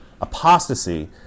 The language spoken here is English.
apostasy